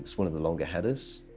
one of the longer headers.